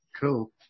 Cool